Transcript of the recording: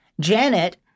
Janet